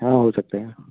हाँ हो सकते हैं